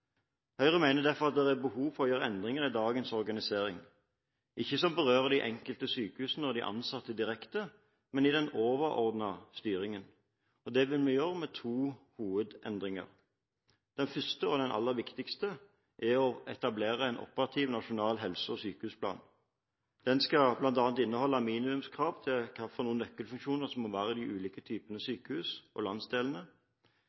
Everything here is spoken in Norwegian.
Høyre mener derfor at det er behov for å gjøre endringer i dagens organisering – ikke endringer som berører de enkelte sykehusene og de ansatte direkte, men i den overordnede styringen. Det vil vi gjøre ved hjelp av to hovedendringer. Den første og aller viktigste er å etablere en operativ, nasjonal helse- og sykehusplan. Den skal bl.a. inneholde minimumskrav til hvilke nøkkelfunksjoner som må finnes i de ulike typene